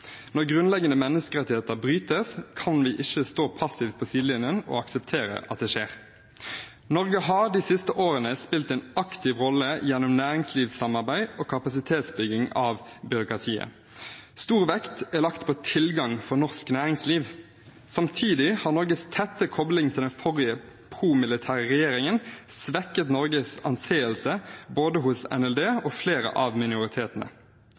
Når grunnleggende menneskerettigheter brytes, kan vi ikke stå passivt på sidelinjen og akseptere at det skjer. Norge har de siste årene spilt en aktiv rolle gjennom næringslivssamarbeid og kapasitetsbygging av byråkratiet. Stor vekt er lagt på tilgang for norsk næringsliv. Samtidig har Norges tette kobling til den forrige pro-militære regjeringen svekket Norges anseelse hos både NLD og flere av minoritetene.